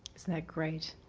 it's not great.